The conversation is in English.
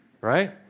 Right